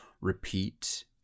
repeat